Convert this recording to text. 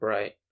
Right